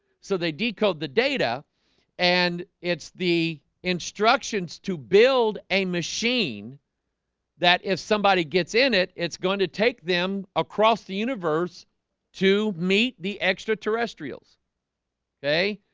so they decode the data and it's the instructions to build a machine that if somebody gets in it, it's going to take them across the universe to meet the extraterrestrials okay.